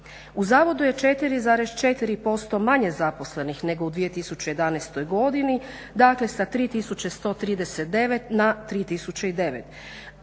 U Zavodu je 4,4% manje zaposlenih nego u 2011. godini. Dakle, sa 3139 na 3009. Broj